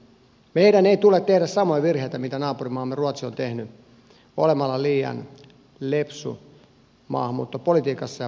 meidän ei tule tehdä samoja virheitä mitä naapurimaamme ruotsi on tehnyt olemalla liian lepsu maahanmuuttopolitiikassaan ja pakolaispolitiikassaan